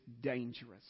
dangerous